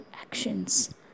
actions